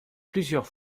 plusieurs